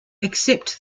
except